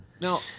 Now